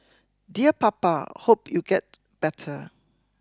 dear Papa hope you get better